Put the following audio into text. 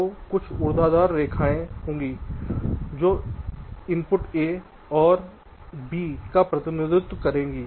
तो कुछ ऊर्ध्वाधर रेखाएं होंगी जो दो इनपुट A और बB का प्रतिनिधित्व करेंगी